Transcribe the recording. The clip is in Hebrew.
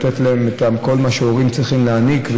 לתת להם את כל מה שהורים צריכים להעניק,